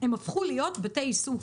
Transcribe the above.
הפכו להיות בתי איסוף.